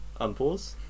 unpause